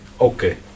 Okay